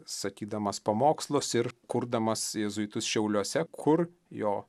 sakydamas pamokslus ir kurdamas jėzuitus šiauliuose kur jo